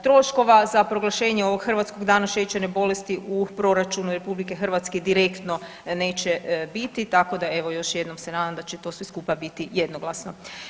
Troškova za proglašenje ovog Hrvatskog dana šećerne bolesti u proračunu RH direktno neće biti, tako da evo još jednom se nadam da će to sve skupa biti jednoglasno.